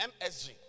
MSG